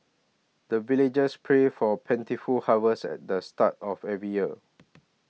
the villagers pray for plentiful harvest at the start of every year